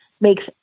makes